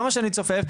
למה שאני אצופף?